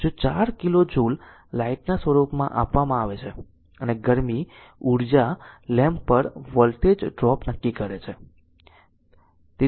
જો 4 kilo joule લાઈટના સ્વરૂપમાં આપવામાં આવે છે અને ગરમી ઉર્જા લેમ્પ પર વોલ્ટેજ ડ્રોપ નક્કી કરે છે